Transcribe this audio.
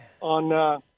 on